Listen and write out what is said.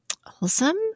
wholesome